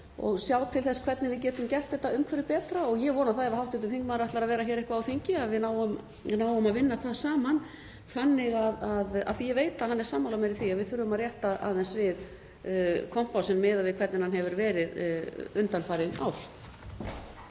og sjá til þess hvernig við getum gert þetta umhverfi betra. Ég vona það að ef hv. þingmaður ætlar að vera hér eitthvað á þingi að við náum að vinna það saman af því að ég veit að hann er sammála mér í því að við þurfum að rétta aðeins við kompásinn miðað við hvernig hann hefur verið undanfarin ár.